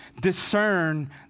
discern